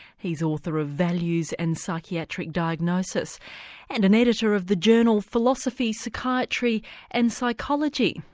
he's author of values and psychiatric diagnosis and an editor of the journal philosophy, psychiatry and psychology.